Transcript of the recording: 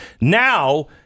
Now